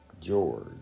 George